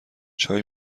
چای